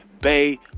Bay